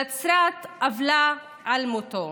נצרת אבלה על מותו.